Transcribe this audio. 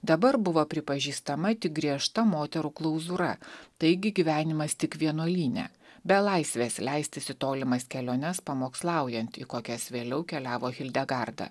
dabar buvo pripažįstama tik griežta moterų klauzūra taigi gyvenimas tik vienuolyne be laisvės leistis į tolimas keliones pamokslaujant į kokias vėliau keliavo hildegarda